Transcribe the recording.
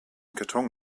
karton